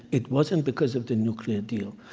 it wasn't because of the nuclear deal.